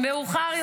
שמאוחר יותר,